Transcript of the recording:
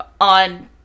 on